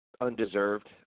undeserved